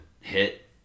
hit